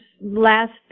last